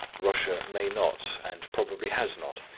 russia may not, and probably has not,